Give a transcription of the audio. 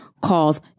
called